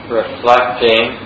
reflecting